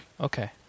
Okay